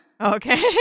Okay